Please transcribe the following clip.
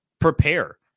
prepare